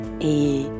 et